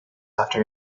after